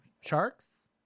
sharks